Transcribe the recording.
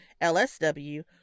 LSW